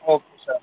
okay sir